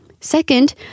Second